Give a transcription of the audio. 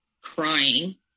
crying